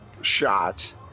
shot